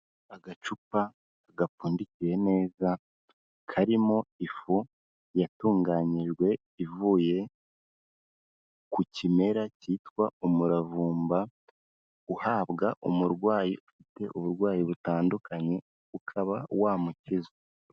Agacupa gapfundikiye neza, karimo ifu yatunganyijwe ivuye ku kimera cyitwa umuravumba, uhabwa umurwayi ufite uburwayi butandukanye, ukaba wamukiza.